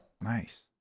Nice